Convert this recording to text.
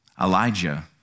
Elijah